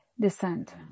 descend